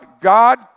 God